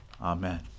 Amen